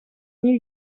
new